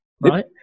right